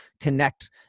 connect